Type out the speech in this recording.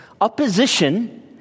Opposition